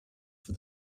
for